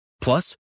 Plus